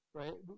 right